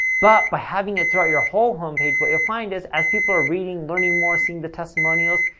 but by having it throughout your whole home page, what you'll find is as people are reading, learning more, seeing the testimonials,